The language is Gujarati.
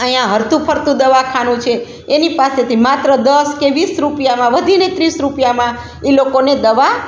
અહીંયા હરતું ફરતું દવાખાનું છે એની પાસેથી માત્ર દસ કે વીસ રૂપિયામાં વધીને ત્રીસ રૂપિયામાં એ લોકોને દવા